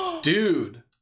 Dude